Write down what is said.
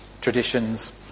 traditions